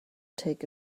take